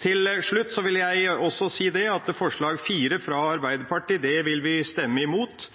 Til slutt vil jeg også si at forslag nr. 4, fra Arbeiderpartiet, vil vi stemme imot.